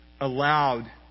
allowed